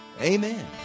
Amen